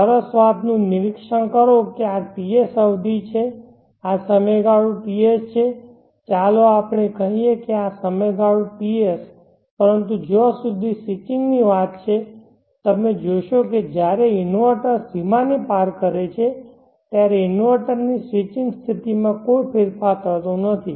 સરસ વાતનું નિરીક્ષણ કરો કે આ TS અવધિ છે આ સમયગાળો TS છે ચાલો કહીએ કે આ સમયગાળો TS પરંતુ જ્યાં સુધી સ્વિચિંગની વાત છે તમે જોશો કે જ્યારે ઇન્વર્ટર સીમાને પાર કરે છે ત્યારે ઇન્વર્ટરની સ્વિચિંગ સ્થિતિમાં કોઈ ફેરફાર થતો નથી